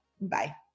bye